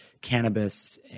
cannabis